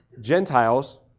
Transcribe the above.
Gentiles